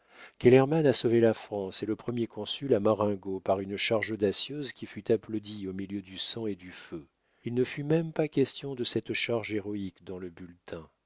pourquoi kellermann a sauvé la france et le premier consul à marengo par une charge audacieuse qui fut applaudie au milieu du sang et du feu il ne fut même pas question de cette charge héroïque dans le bulletin